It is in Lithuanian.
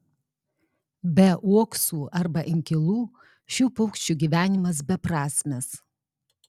be uoksų arba inkilų šių paukščių gyvenimas beprasmis